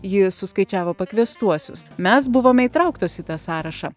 ji suskaičiavo pakviestuosius mes buvome įtrauktos į tą sąrašą